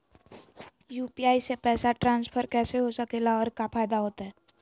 UPI से पैसा transfer कैसे हो सके ला और का फायदा होएत?